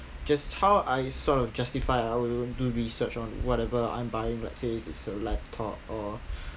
just how I sort of justify I'll do research on whatever I'm buying let's say if it's a laptop or